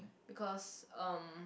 because um